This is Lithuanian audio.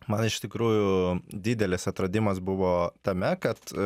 man iš tikrųjų didelis atradimas buvo tame kad